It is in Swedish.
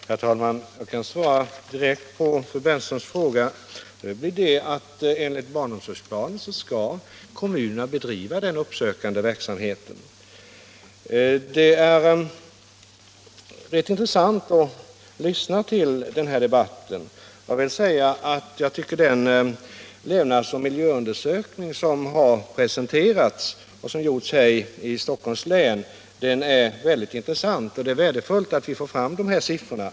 Herr talman! Jag kan svara direkt på fru Bernströms fråga. Enligt barnomsorgsplanen skall kommunerna bedriva en sådan uppsökande verksamhet. Det är rätt intressant att lyssna på denna debatt, Också den levnadsoch miljöundersökning som har gjorts i Stockholms län är mycket intressant, och det är värdefullt att vi har fått de siffror som där redovisas.